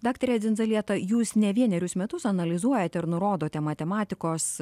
daktare dzindzalieta jūs ne vienerius metus analizuojate ir nurodote matematikos